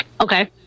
Okay